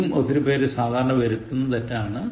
ഇതും ഒത്തിരിപ്പേർ സാധാരണ വരുത്തുന്ന തെറ്റാണ്